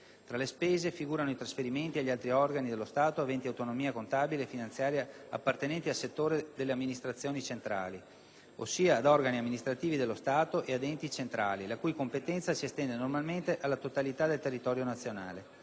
Tra le spese figurano i trasferimenti agli altri organi dello Stato aventi autonomia contabile e finanziaria appartenenti al settore delle amministrazioni centrali, ossia ad organi amministrativi dello Stato e ad enti centrali la cui competenza si estende normalmente alla totalità del territorio nazionale.